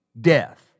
death